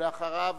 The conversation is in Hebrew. ואחריה,